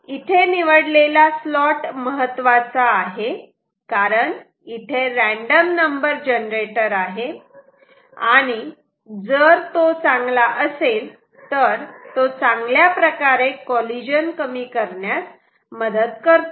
इथे निवडलेला स्लॉट महत्त्वाचा आहे कारण इथे रँडम नंबर जनरेटर आहे आणि जर तो चांगला असेल तर तो चांगल्या प्रकारे कॉलिजन कमी करण्यास मदत करतो